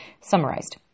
summarized